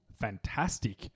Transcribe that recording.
fantastic